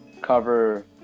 Cover